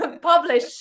publish